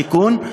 מקבל את התיקון.